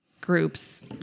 groups